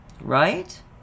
right